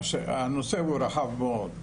הנושא הוא רחב מאוד,